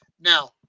Now